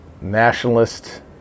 nationalist